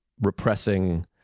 repressing